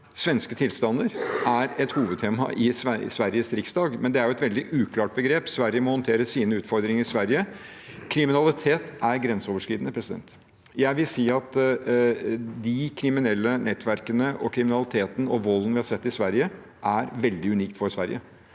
svenske tilstander er et hovedtema i Sveriges riksdag, men det er jo et veldig uklart begrep. Sverige må håndtere sine utfordringer i Sverige, men kriminalitet er grenseoverskridende. Jeg vil si at de kriminelle nettverkene og kriminaliteten og volden vi har sett i Sverige, er veldig unikt for Sverige.